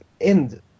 end